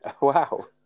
Wow